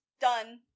done